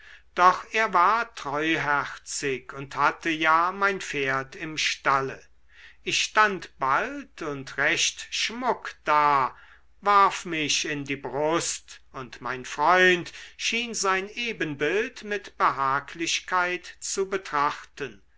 doch er war treuherzig und hatte ja mein pferd im stalle ich stand bald und recht schmuck da warf mich in die brust und mein freund schien sein ebenbild mit behaglichkeit zu betrachten